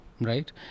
right